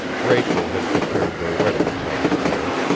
rachel had prepared their wedding supper there.